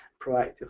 proactively